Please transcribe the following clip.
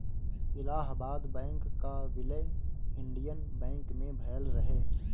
Allahabad bank कअ विलय Indian bank मे भयल रहे